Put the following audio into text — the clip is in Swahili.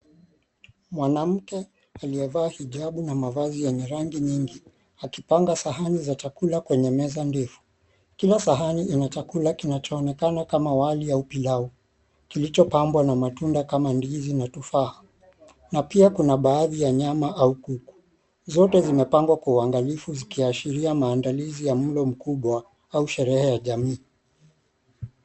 Mwanamke aliyevaa hijabu na mavazi yenye rangi nyingi ,akipanga sahani za chakula kwenye meza ndefu .Kila sahani ina chakula kinachoonekana kama wali au pilau kilichopambwa na matunda kama ndizi na tufaha . Na pia Kuna baadhi ya nyama au kuku .Zote zimeandaliwa kwa uangalifu zikiashiria maadalizi ya mlo mkubwa au sherehe ya jamii.